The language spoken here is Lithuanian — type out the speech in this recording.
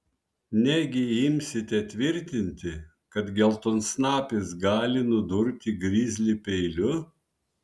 negi imsite tvirtinti kad geltonsnapis gali nudurti grizlį peiliu